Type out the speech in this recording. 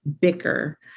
bicker